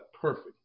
perfect